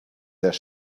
their